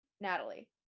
Natalie